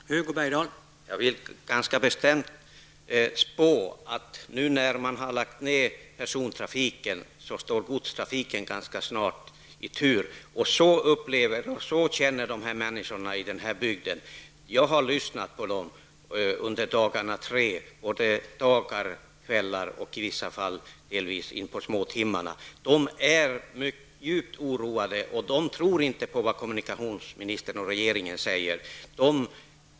Herr talman! Jag vill ganska bestämt spå, att när man nu har lagt ned persontrafiken står godstrafiken ganska snart i tur. Det är den upplevelsen och den känsla som människorna i denna bygd har. Jag har lyssnat till dem under dagarna tre -- dagar, kvällar och delvis in på småtimmarna. Dessa människor är djupt oroade och tror inte på vad kommunikationsministern och regeringen säger.